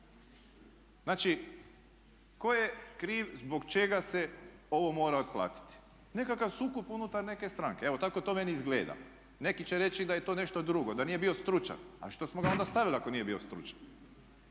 Znači tko je kriv zbog čega se ovo mora otplatiti. Nekakav sukob unutar neke stranke, evo tako to meni izgleda. Neki će reći da je to nešto drugo da nije bio stručan. Ali što smo ga onda stavili ako nije bio stručan?